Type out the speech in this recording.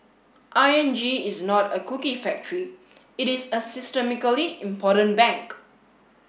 I N G is not a cookie factory it is a systemically important bank